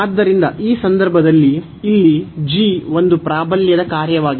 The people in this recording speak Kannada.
ಆದ್ದರಿಂದ ಈ ಸಂದರ್ಭದಲ್ಲಿ ಇಲ್ಲಿ ಒಂದು ಪ್ರಾಬಲ್ಯದ ಕಾರ್ಯವಾಗಿದೆ